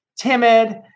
timid